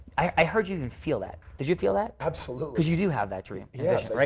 i heard you even feel that? did you feel that? absolutely. because you do have that dream. yes. right.